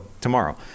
tomorrow